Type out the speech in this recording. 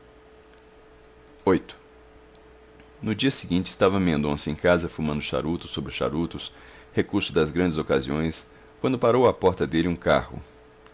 viii no dia seguinte estava mendonça em casa fumando charutos sobre charutos recurso das grandes ocasiões quando parou à porta dele um carro